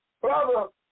Brother